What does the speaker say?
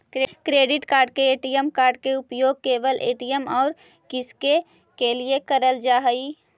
Credit card ATM card के उपयोग केवल ए.टी.एम और किसके के लिए करल जा है?